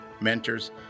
mentors